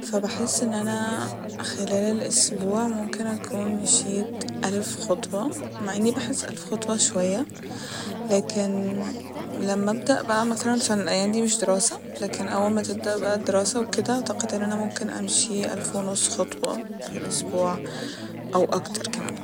فبحس إن أنا خلال الأسبوع ممكن أكون مشيت ألف خطوة مع إني بحس ألف خطوة شوية لكن لما أبدأ بقى علشان الأيام دي مش دراسة لكن أول ما تبدأ بقى الدراسة وكده أعتقد إن أنا ممكن أمشي ألف ونص خطوة ف الأسبوع أو أكتر كمان